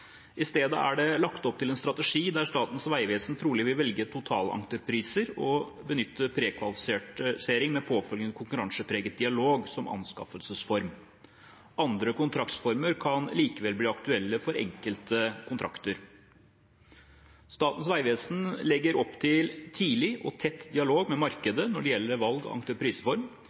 I stedet er det lagt opp til en strategi der Statens vegvesen trolig vil velge totalentrepriser og benytte prekvalifisering med påfølgende konkurransepreget dialog som anskaffelsesform. Andre kontraktsformer kan likevel bli aktuelle for enkelte kontrakter. Statens vegvesen legger opp til tidlig og tett dialog med markedet når det gjelder valg av entrepriseform, størrelse på kontrakter og